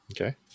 Okay